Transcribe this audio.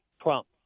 Trump